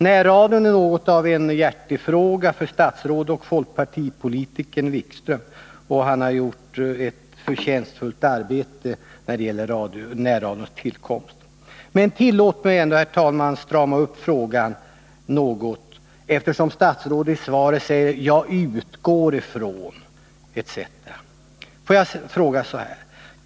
Närradion är något av en hjärtesak för statsrådet och folkpartipolitikern Wikström, och han har gjort ett förtjänstfullt arbete när det gäller närradions tillkomst. Men tillåt mig ändå, herr talman, strama upp frågan något, eftersom statsrådet i svaret säger att han utgår från att närradiokommitténs betänkande kommer att ge underlag för en proposition.